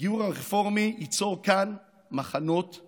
הגיור הרפורמי ייצור כאן מחנות-מחנות,